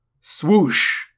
Swoosh